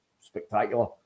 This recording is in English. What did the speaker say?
spectacular